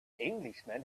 englishman